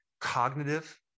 cognitive